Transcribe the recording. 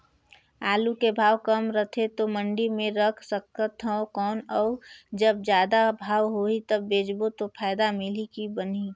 आलू के भाव कम रथे तो मंडी मे रख सकथव कौन अउ जब जादा भाव होही तब बेचबो तो फायदा मिलही की बनही?